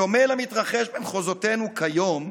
בדומה למתרחש במחוזותינו כיום,